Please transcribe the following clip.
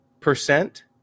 percent